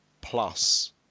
plus